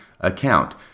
account